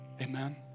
Amen